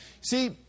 See